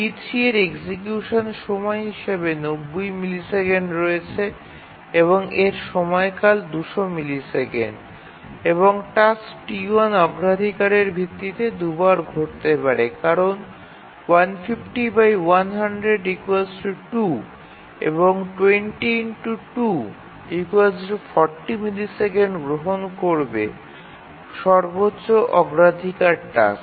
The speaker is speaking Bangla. T3 এর এক্সিকিউশন সময় হিসাবে ৯০ মিলিসেকেন্ড রয়েছে এবং এর সময়কাল ২০০ মিলিসেকেন্ড এবং টাস্ক T1 অগ্রাধিকারের ভিত্তিতে দুবার ঘটতে পারে কারণ এবং 20∗240 মিলিসেকেন্ড গ্রহণ করবে সর্বোচ্চ অগ্রাধিকার টাস্ক